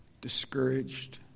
discouraged